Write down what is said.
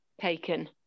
taken